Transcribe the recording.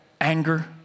anger